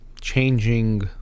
changing